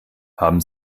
haben